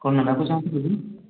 କ'ଣ ନେବାକୁ ଚାହୁଁଥିଲେ କି